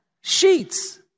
Sheets